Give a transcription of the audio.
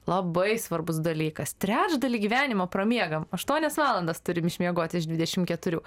labai svarbus dalykas trečdalį gyvenimo pramiegam aštuonias valandas turim išmiegoti iš dvidešim keturių